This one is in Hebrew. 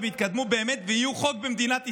ויתקדמו באמת ויהיו חוק במדינת ישראל.